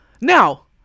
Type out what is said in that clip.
Now